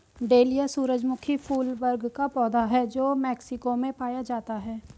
dahlia सूरजमुखी फूल वर्ग का पौधा है जो मेक्सिको में पाया जाता है